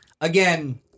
again